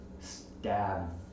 stab